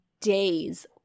days